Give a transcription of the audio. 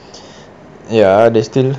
ya they still